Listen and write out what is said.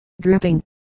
Dripping